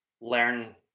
learn